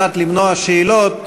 על מנת למנוע שאלות,